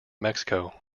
mexico